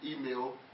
email